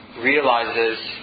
realizes